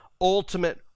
ultimate